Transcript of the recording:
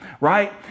right